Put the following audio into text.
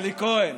השר אלי כהן,